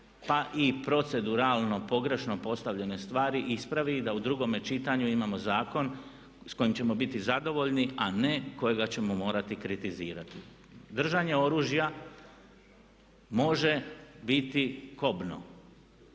pa i proceduralno pogrešno postavljene stvari ispravi i da u drugome čitanju imamo zakon s kojim ćemo biti zadovoljni a ne kojega ćemo morati kritizirati. Držanje oružja može biti kobno